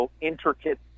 intricate